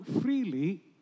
freely